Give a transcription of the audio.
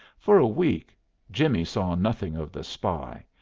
for a week jimmie saw nothing of the spy,